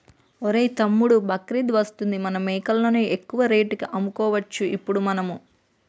ఒరేయ్ తమ్ముడు బక్రీద్ వస్తుంది మన మేకలను ఎక్కువ రేటుకి అమ్ముకోవచ్చు ఇప్పుడు మనము